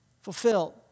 fulfilled